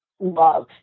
love